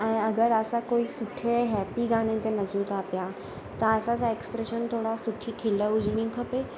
ऐं अगरि असां कोई सुठे हैप्पी गाने ते नचूं था पिया त असां सां एक्सप्रेशन थोरा सुठी खिल हुजिणी खपे